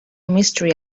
mystery